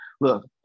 look